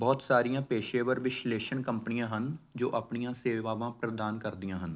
ਬਹੁਤ ਸਾਰੀਆਂ ਪੇਸ਼ੇਵਰ ਵਿਸ਼ਲੇਸ਼ਣ ਕੰਪਨੀਆਂ ਹਨ ਜੋ ਆਪਣੀਆਂ ਸੇਵਾਵਾਂ ਪ੍ਰਦਾਨ ਕਰਦੀਆਂ ਹਨ